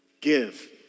give